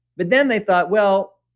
but then they thought, well,